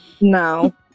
No